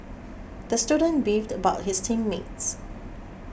the student beefed about his team mates